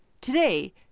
Today